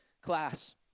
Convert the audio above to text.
class